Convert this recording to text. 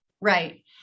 Right